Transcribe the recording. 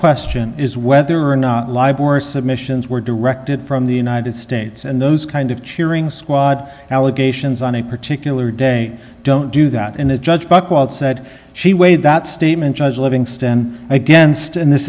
question is whether or not live or submissions were directed from the united states and those kind of cheering squad allegations on a particular day don't do that and the judge buchwald said she weighed that statement judge livingston against and this